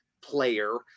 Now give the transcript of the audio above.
player